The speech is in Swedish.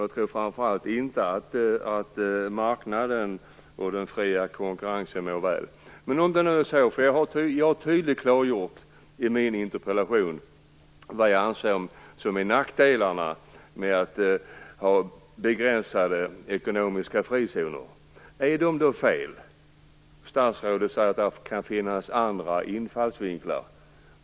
Jag tror framför allt inte att marknaden och den fria konkurrensen mår väl. Jag har tydligt klargjort vad jag anser vara nackdelarna med begränsade ekonomiska frizoner i min interpellation. Statsrådet säger att det kan finnas andra infallsvinklar.